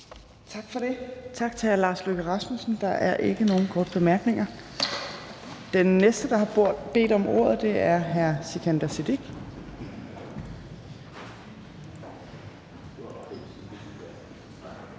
Torp): Tak til hr. Lars Løkke Rasmussen. Det er ikke nogen korte bemærkninger. Den næste, der har bedt om ordet, er hr. Sikandar Siddique.